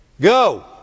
Go